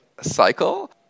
cycle